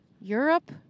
Europe